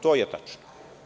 To je tačno.